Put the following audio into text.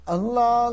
Allah